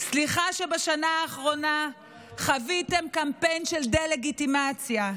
סליחה שבשנה האחרונה חוויתם קמפיין של דה-לגיטימציה,